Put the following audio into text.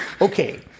Okay